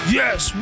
yes